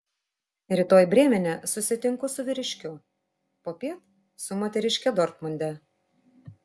rytoj brėmene susitinku su vyriškiu popiet su moteriške dortmunde